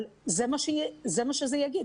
אבל זה מה שזה יגיד,